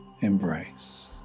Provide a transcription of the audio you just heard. embrace